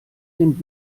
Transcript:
den